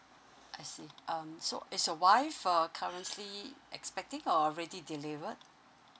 I see um so is your wife uh currently expecting or already delivered